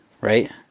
right